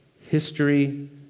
history